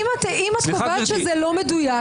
אם את קובעת שזה לא מדויק,